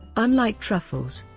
unlike truffles,